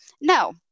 No